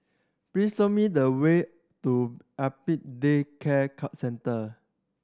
please show me the way to Apex Day Care Center